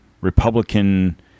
Republican